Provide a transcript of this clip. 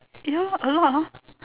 you know what a lot hor